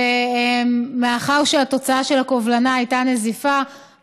ומאחר שהתוצאה של הקובלנה הייתה נזיפה,